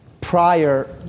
prior